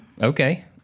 Okay